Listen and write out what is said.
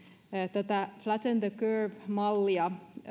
tätä flatten the curve mallia